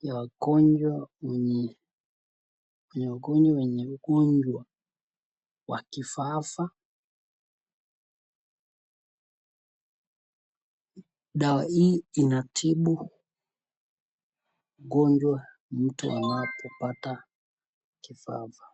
ya wagonjwa wenye ugonjwa wa kifafa. Dawa hii inatibu ugonjwa mtu anapopata kifafa.